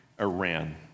Iran